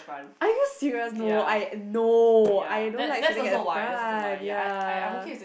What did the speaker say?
are you serious no I no I don't like sitting at the front ya